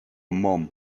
mum